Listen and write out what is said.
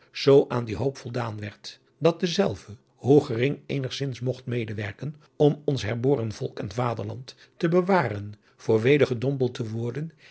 aan die hoop voldaan werd dat dezelve hoe gering eenigzins mogt medewerken om ons herboren volk en vaderland te bewaren voor weder gedompeld te worden